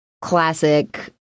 classic